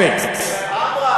אמר,